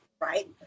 right